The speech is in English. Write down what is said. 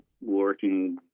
working